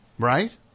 Right